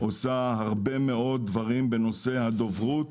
עושה הרבה מאוד דברים בנושא הדוברות.